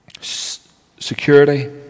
security